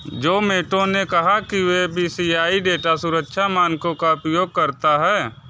जोमैटो ने कहा कि वे पी सी आई डेटा सुरक्षा मानकों का उपयोग करता है